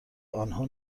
آنها